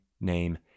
name